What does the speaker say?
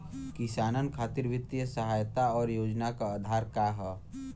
किसानन खातिर वित्तीय सहायता और योजना क आधार का ह?